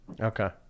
okay